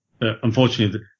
Unfortunately